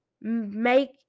make